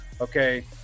Okay